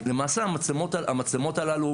למעשה המצלמות הללו,